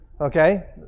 okay